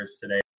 today